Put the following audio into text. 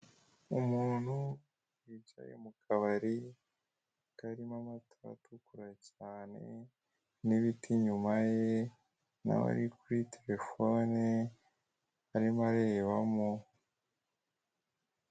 Umuntu wicaye mu kabari karimo amatara atukura cyane n'ibiti inyuma ye nawe ari kuri telefone arimo arebamo.